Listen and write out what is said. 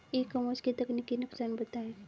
ई commerce के तकनीकी नुकसान बताएं?